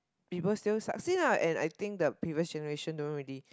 people still succeed lah and I think the previous generation don't really